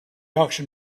auction